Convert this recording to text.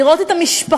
לראות את המשפחות,